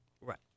Right